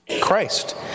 Christ